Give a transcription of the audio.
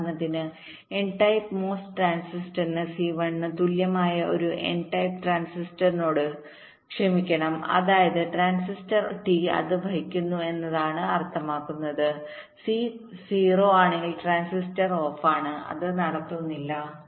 ഉദാഹരണത്തിന് N type MOS ട്രാൻസിസ്റ്ററിന് C 1 ന് തുല്യമായ ഒരു n ടൈപ്പ് ട്രാൻസിസ്റ്ററിനോട് ക്ഷമിക്കണം അതായത് ട്രാൻസിസ്റ്റർ T അത് വഹിക്കുന്നു എന്നാണ് അർത്ഥമാക്കുന്നത് C 0 ആണെങ്കിൽ ട്രാൻസിസ്റ്റർ ഓഫാണ് അത് നടത്തുന്നില്ല